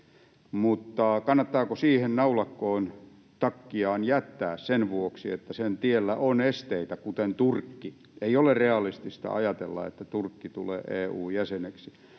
Mutta kannattaako siihen naulakkoon takkiaan jättää — sen vuoksi, että sen tiellä on esteitä, kuten Turkki? Ei ole realistista ajatella, että Turkki tulee EU-jäseneksi.